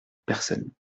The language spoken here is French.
personne